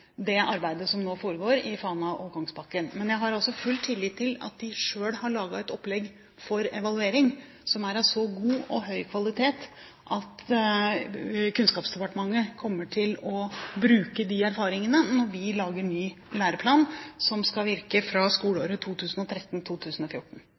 Men jeg har full tillit til at de selv har laget et opplegg for evaluering som har så høy kvalitet at Kunnskapsdepartementet kommer til å bruke de erfaringene når vi lager ny læreplan, som skal virke fra